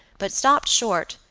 but stopped short,